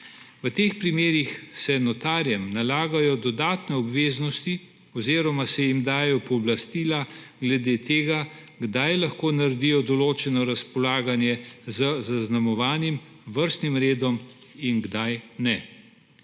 V teh primerih se notarjem nalagajo dodatne obveznosti oziroma se jim dajejo pooblastila glede tega, kdaj lahko naredijo določeno razpolaganje z zaznamovanim vrstnim redom in kdaj ne.